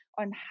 on